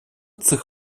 цих